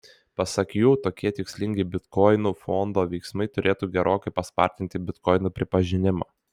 pasak jų tokie tikslingi bitkoinų fondo veiksmai turėtų gerokai paspartinti bitkoinų pripažinimą